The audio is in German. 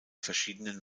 verschiedenen